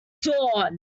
dawn